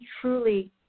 truly